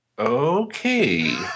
Okay